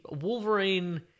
wolverine